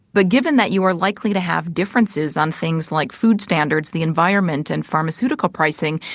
but given that you are likely to have differences on things like food standards, the environment and pharmaceutical pricing,